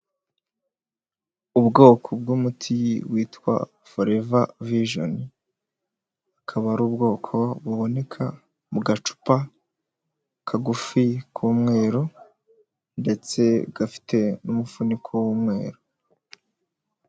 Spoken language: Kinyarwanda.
Ubwoko bw'umuti witwa foreva vijoni, akaba ari ubwoko buboneka mu gacupa kagufi k'umweru ndetse gafite n'umufuniko w'umweru.